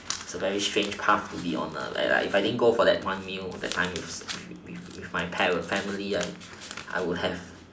it's a very strange path to be on ah if I didn't go for that one meal that time with with my family ah I would have